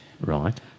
Right